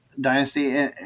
Dynasty